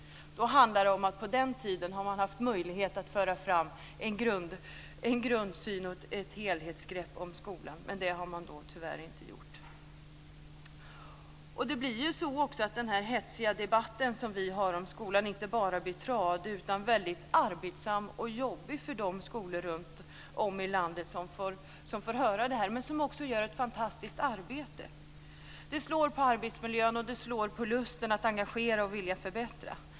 Under den tiden har det varit möjligt att föra fram en grundsyn och få ett helhetsgrepp om skolan, men det har tyvärr inte gjorts. Den hetsiga debatten vi för om skolan blir inte bara tradig utan också väldigt arbetsam och jobbig för de skolor i landet som får höra detta men som också gör ett fantastiskt arbete. Det slår på arbetsmiljön och på lusten att engagera och vilja förbättra.